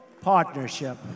Partnership